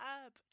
up